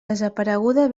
desapareguda